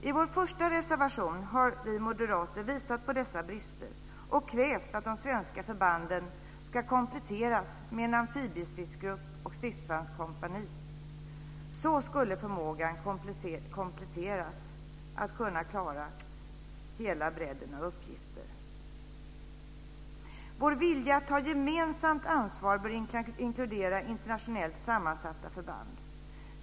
I vår första reservation har vi moderater visat på dessa brister, och krävt att de svenska förbanden ska kompletteras med en amfibiestridsgrupp och ett stridsvagnskompani. Så skulle förmågan kompletteras, och vi skulle kunna klara hela bredden av uppgifter. Vår vilja att ta gemensamt ansvar bör inkludera internationellt sammansatta förband.